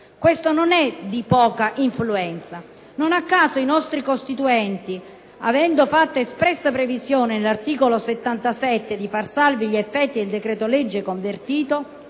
Questo non è di poca influenza. Non a caso i nostri Costituenti, avendo fatto espressa previsione con l'articolo 77 di poter far salvi gli effetti di un decreto-legge non convertito,